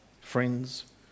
friends